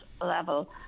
level